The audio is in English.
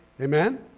Amen